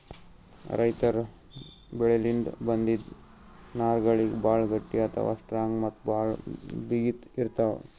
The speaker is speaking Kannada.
ರೈತರ್ ಬೆಳಿಲಿನ್ದ್ ಬಂದಿಂದ್ ನಾರ್ಗಳಿಗ್ ಭಾಳ್ ಗಟ್ಟಿ ಅಥವಾ ಸ್ಟ್ರಾಂಗ್ ಮತ್ತ್ ಭಾಳ್ ಬಿಗಿತ್ ಇರ್ತವ್